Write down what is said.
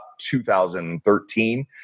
2013